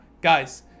Guys